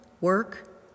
work